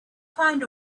find